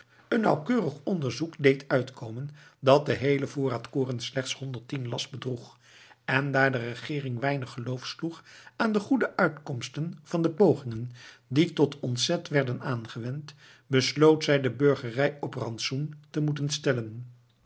een nauwkeurig onderzoek deed uitkomen dat de heele voorraad koren slechts honderdtien last bedroeg en daar de regeering weinig geloof sloeg aan de goede uitkomsten van de pogingen die tot ontzet werden aangewend besloot zij de burgerij op rantsoen te moeten stellen